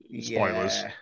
spoilers